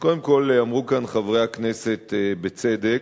אז קודם כול, אמרו כאן חברי הכנסת, בצדק,